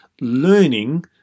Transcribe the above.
learning